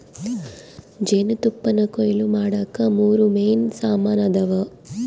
ಜೇನುತುಪ್ಪಾನಕೊಯ್ಲು ಮಾಡಾಕ ಮೂರು ಮೇನ್ ಸಾಮಾನ್ ಅದಾವ